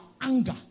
anger